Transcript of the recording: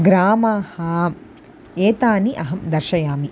ग्रामः एतानि अहं दर्शयामि